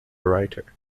writer